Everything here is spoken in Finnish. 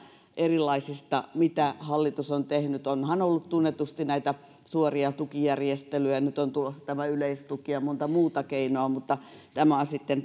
erilaisista mitä hallitus on tehnyt onhan ollut tunnetusti näitä suoria tukijärjestelyjä nyt on tulossa tämä yleistuki ja monta muuta keinoa mutta tämä on sitten